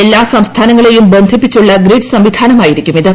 എല്ലാ സംസ്ഥാനങ്ങളേയും ബന്ധിപ്പിച്ചുള്ള ഗ്രിഡ് സംവിധാനമായിരിക്കും ഇത്